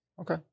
Okay